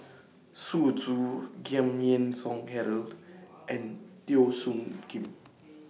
Xu Zhu Giam Yean Song Gerald and Teo Soon Kim